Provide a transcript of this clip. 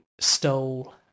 stole